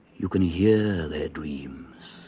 you can hear their dreams.